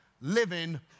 living